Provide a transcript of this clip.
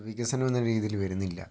വികസനം എന്ന രീതിയിൽ വരുന്നില്ല